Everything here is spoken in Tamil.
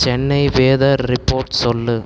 சென்னை வேதர் ரிப்போர்ட் சொல்